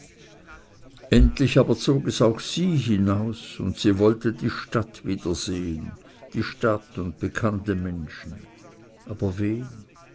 endlich aber zog es auch sie hinaus und sie wollte die stadt wieder sehen die stadt und bekannte menschen aber wen